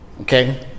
okay